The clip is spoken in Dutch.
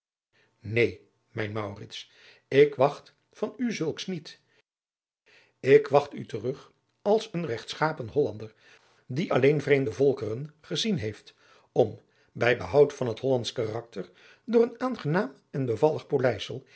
neen mijn maurits ik wacht van u zulks niet ik wacht u terug als een regtschapen hollander die alleen vreemde voltoen gezien heeft om bij behoud van het hollandsch karakter door een aangenaam en bevallig polijsel